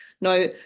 no